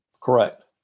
Correct